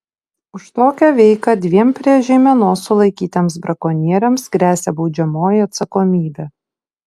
už tokią veiką dviem prie žeimenos sulaikytiems brakonieriams gresia baudžiamoji atsakomybė